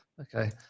okay